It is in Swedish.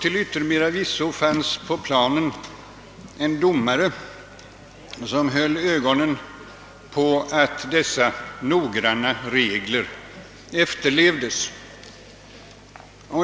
Till yttermera visso fanns det en domare på planen, som höll ögonen på att dessa noggranna regler efterlevdes.